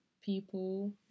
people